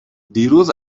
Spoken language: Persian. دیروز